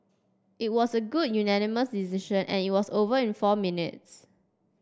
it was a good unanimous decision and it was over in four minutes